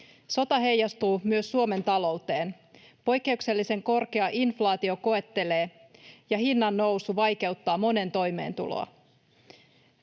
Sota heijastuu myös Suomen talouteen. Poikkeuksellisen korkea inflaatio koettelee, ja hintojen nousu vaikeuttaa monen toimeentuloa.